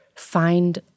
find